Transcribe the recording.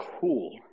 cool